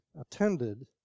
attended